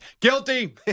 Guilty